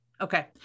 Okay